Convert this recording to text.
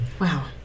Wow